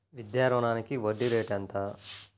విద్యా రుణానికి వడ్డీ రేటు ఎంత?